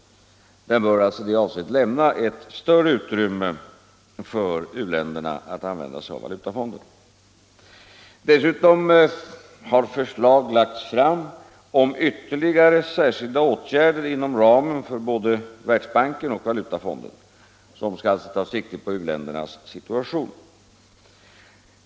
Den bör alltså i det avseendet lämna ett större utrymme för u-länderna att använda sig av Valutafonden. Dessutom har förslag lagts fram om ytterligare särskilda åtgärder inom ramen för både Världsbanken och Valutafonden, som skall ta sikte på u-ländernas situation.